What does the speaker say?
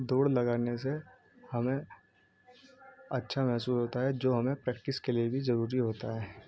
دوڑ لگانے سے ہمیں اچھا محسوس ہوتا ہے جو ہمیں پریکٹس کے لیے بھی ضروری ہوتا ہے